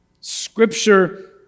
Scripture